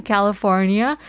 California